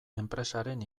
enpresaren